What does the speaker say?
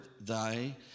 thy